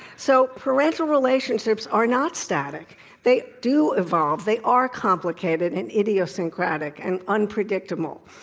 so, parental relationships are not static they do evolve. they are complicated and idiosyncratic and unpredictable.